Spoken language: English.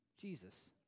Jesus